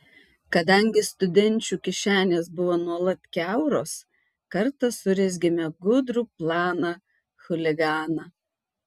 kadangi studenčių kišenės buvo nuolat kiauros kartą surezgėme gudrų planą chuliganą